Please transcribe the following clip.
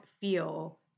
feel